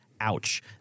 ouch